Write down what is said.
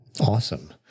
Awesome